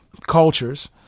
cultures